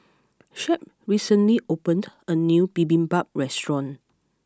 Shep recently opened a new Bibimbap restaurant